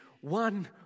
one